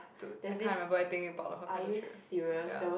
to I can't remember anything about the Hokkaido trip ya